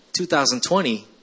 2020